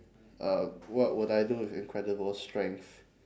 uh what would I do with incredible strength